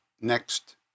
Next